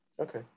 Okay